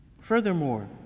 Furthermore